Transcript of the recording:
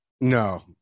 No